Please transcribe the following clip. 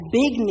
big